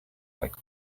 like